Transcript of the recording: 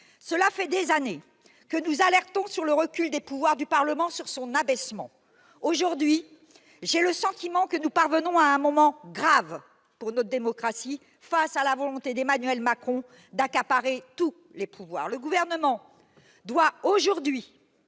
cela fait des années que nous alertons sur le recul des pouvoirs du Parlement, sur son abaissement. Aujourd'hui, j'ai le sentiment que nous parvenons à un moment grave pour notre démocratie, face à la volonté d'Emmanuel Macron d'accaparer tous les pouvoirs. Le Gouvernement doit